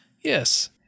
Yes